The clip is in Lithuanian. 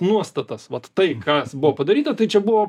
nuostatas vat tai kas buvo padaryta tai čia buvo